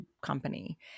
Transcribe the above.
company